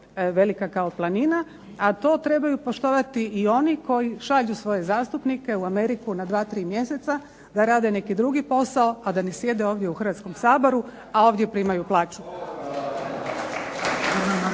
velika kao planina, a to trebaju poštovati i oni koji šalju svoje zastupnike u Ameriku na 2, 3 mjeseca da rade neki drugi posao, a da ne sjede ovdje u Hrvatskom saboru, a ovdje primaju plaću.